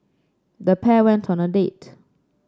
the pair went on a date